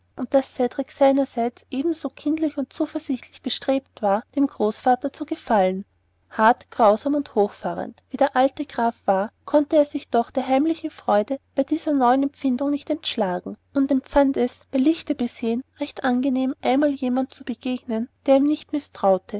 und daß cedrik seinerseits ebenso kindlich und zuversichtlich bestrebt war dem großvater zu gefallen hart grausam und hochfahrend wie der alte graf war konnte er sich doch einer heimlichen freude bei dieser neuen empfindung nicht entschlagen und fand es bei lichte besehen recht angenehm einmal jemand zu begegnen der ihm nicht